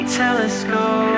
telescope